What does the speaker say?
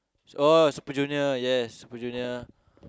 oh Super-Junior yes Super-Junior